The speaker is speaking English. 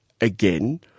again